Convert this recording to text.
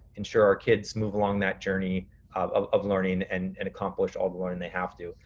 ensure our kids move along that journey of of learning and and accomplish all the learning they have to.